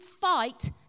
fight